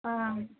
आम्